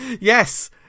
yes